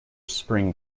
spring